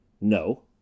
No